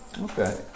Okay